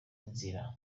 inzira